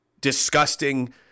disgusting